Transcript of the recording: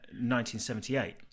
1978